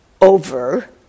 over